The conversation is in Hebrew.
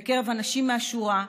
בקרב אנשים מהשורה,